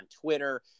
Twitter